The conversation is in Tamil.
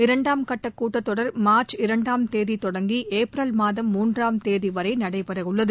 இரண்டாம் கட்ட கூட்டத்தொடர் மார்ச் இரண்டாம் தேதி தொடங்கி ஏப்ரல் மாதம் மூன்றாம் தேதி வரை நடைபெறவுள்ளது